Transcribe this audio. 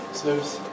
service